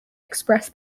express